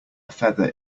feather